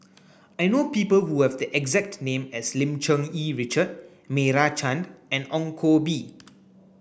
I know people who have the exact name as Lim Cherng Yih Richard Meira Chand and Ong Koh Bee